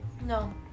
no